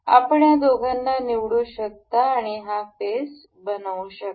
आपण या दोघांना निवडू शकता आणि हा फेस बनवू शकता